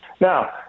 Now